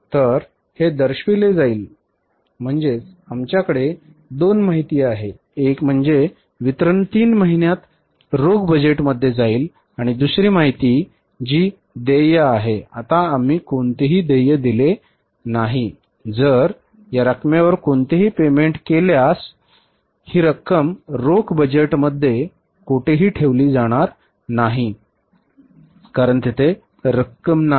तर हे दर्शविले जाईल म्हणजे आमच्याकडे दोन माहिती आहे एक म्हणजे वितरण 3 महिन्यांत रोख बजेटमध्ये जाईल आणि दुसरी माहिती जी देय आहे आता आम्ही कोणतीही देय दिले नाही जर या रकमेवर कोणतेही पेमेंट केल्यास ही रक्कम रोख बजेटमध्ये कोठेही ठेवली जाणार नाही कारण तेथे रोख रक्कम नाही